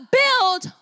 build